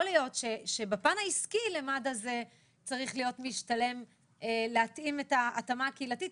יכול להיות שבפן העסקי זה יכול להשתלם למד"א להתאים התאמה קהילתית.